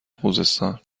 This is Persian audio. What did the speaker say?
خوزستان